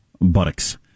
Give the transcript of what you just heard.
buttocks